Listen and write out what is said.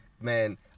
man